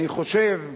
אני חושב,